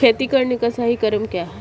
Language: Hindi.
खेती करने का सही क्रम क्या है?